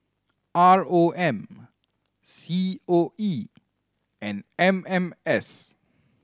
R O M C O E and M M S